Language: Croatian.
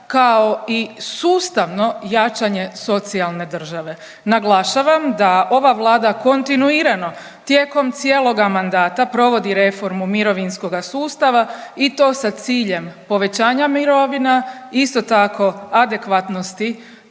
kao i sustavno jačanje socijalne države. Naglašavam da ova Vlada kontinuirano tijekom cijeloga mandata, provodi reformu mirovinskoga sustava i to sa ciljem povećanja mirovina. Isto tako adekvatnosti